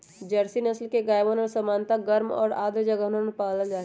Jersey नस्ल के गायवन के सामान्यतः गर्म और आर्द्र जगहवन में पाल्ल जाहई